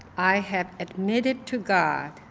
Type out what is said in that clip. i have admitted to god,